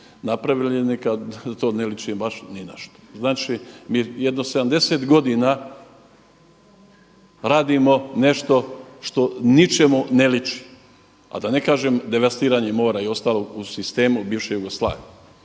napravljene kad to ne liči baš ni na što. Znači, jedno 70 godina radimo nešto što ničemu ne liči. A da ne kažem devastiranje mora i ostalog u sistemu bivše Jugoslavije.